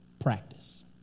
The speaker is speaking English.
practice